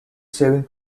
saving